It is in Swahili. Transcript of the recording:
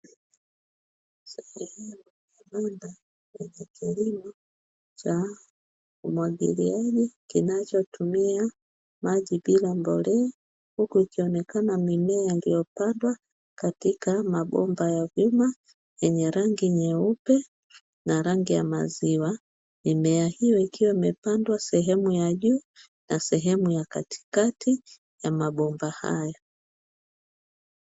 Kilimo cha umwagiliaji kinachotumia maji bila mbolea, huku ikionekana mimea iliyopandwa katika mabomba ya vyuma yenye rangi nyeupe na rangi ya maziwa, mimea hiyo ikiwa imepandwa sehemu ya juu na sehemu ya katikati ya mabomba hayo.